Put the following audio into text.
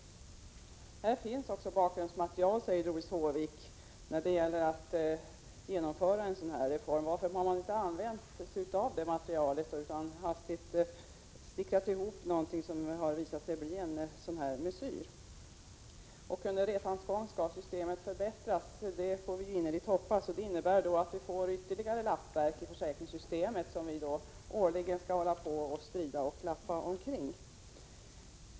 Doris Håvik säger att det finns bakgrundsmaterial när det gäller att genomföra en sådan här reform. Varför har man då inte använt sig av detta material utan hastigt snickrat ihop något som har visat sig bli en halvmesyr. Under resans gång skall systemet förbättras, säger Doris Håvik, och det får vi innerligt hoppas. Det innebär att vi får ytterligare lappverk i försäkringssystemet som vi årligen skall strida om.